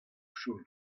chom